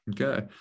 Okay